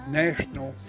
national